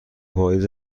پاییز